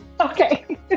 Okay